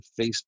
Facebook